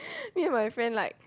me and my friends like